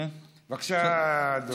בבקשה, אדוני.